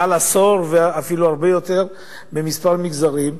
מעל עשור ואפילו הרבה יותר במספר מגזרים.